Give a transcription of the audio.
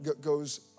goes